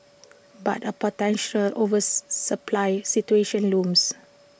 but A potential supply situation looms